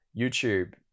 youtube